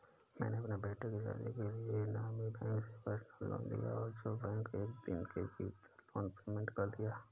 मैंने अपने बेटे की शादी के लिए एक नामी बैंक से पर्सनल लोन लिया है जो बैंक ने एक दिन के भीतर लोन पेमेंट कर दिया